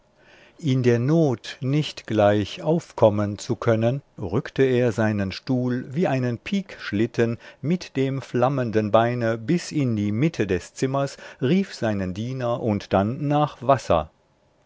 in der not nicht gleich aufkommen zu können rückte er seinen stuhl wie einen piekschlitten mit dem flammenden beine bis in die mitte des zimmers rief seinen diener und dann nach wasser